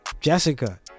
Jessica